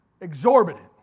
exorbitant